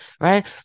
right